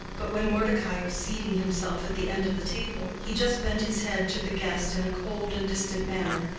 but when mordecai was seating himself at the end of the table, he just bent his head to the guest in a cold and distant manner,